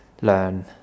learn